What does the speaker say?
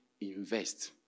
Invest